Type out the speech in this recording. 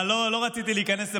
אבל לא רציתי להיכנס לפוליטיקה,